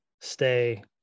stay